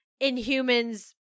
inhumans